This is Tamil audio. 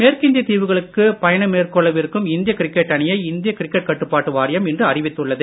மேற்கிந்திய தீவுகளுக்கு பயணம் மேற்கொள்ளவிருக்கும் இந்திய கிரிக்கெட் அணியை இந்திய கிரிக்கெட் கட்டுப்பாட்டு வாரியம் இன்று அறிவித்துள்ளது